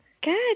Good